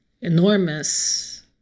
enormous